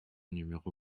numéro